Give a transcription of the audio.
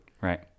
Right